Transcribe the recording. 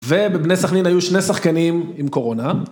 ובבני סכנין היו שני שחקנים עם קורונה.